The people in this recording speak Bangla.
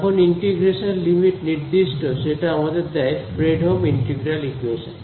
যখন ইন্টিগ্রেশনের লিমিট নির্দিষ্ট সেটা আমাদের দেয় ফ্রেডহোম ইন্টিগ্রাল ইকুয়েশন